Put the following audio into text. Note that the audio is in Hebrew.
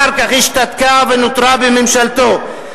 אחר כך השתתקה ונותרה בממשלתו.